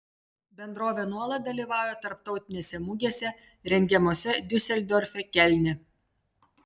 bendrovė nuolat dalyvauja tarptautinėse mugėse rengiamose diuseldorfe kelne